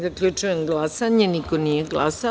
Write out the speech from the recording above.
Zaključujem glasanje: niko nije glasao.